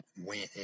went